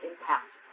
impact